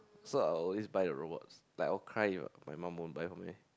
so I will always buy the robots like all kind my mum won't buy for me